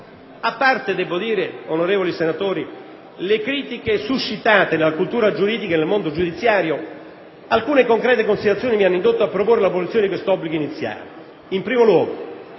A parte - debbo dire, onorevoli senatori - le critiche suscitate nella cultura giuridica e nel mondo giudiziario, alcune concrete considerazioni mi hanno indotto a proporre l'abolizione di quest'obbligo iniziale: in primo luogo,